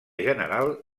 general